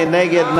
מי נגד?